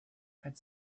had